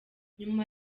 nyuma